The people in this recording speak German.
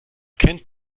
kennt